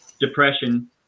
depression